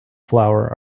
flour